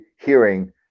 hearing